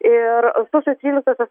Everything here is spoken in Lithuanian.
ir sausio tryliktosios